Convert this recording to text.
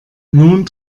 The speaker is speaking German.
nun